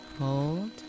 hold